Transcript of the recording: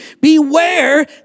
Beware